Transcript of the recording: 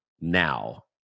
now